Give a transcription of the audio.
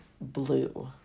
blue